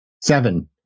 Seven